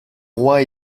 rois